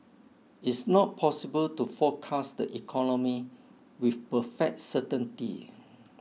it's not possible to forecast the economy with perfect certainty